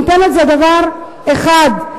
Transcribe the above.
אנטנות זה דבר אחד.